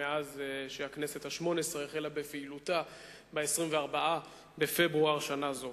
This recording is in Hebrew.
מאז החלה הכנסת השמונה-עשרה בפעילותה ב-24 בפברואר שנה זו.